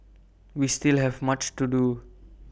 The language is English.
we still have much to do